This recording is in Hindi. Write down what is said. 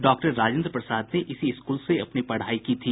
डॉक्टर राजेन्द्र प्रसाद ने इसी स्कूल से अपनी पढ़ाई की थी